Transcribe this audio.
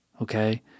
okay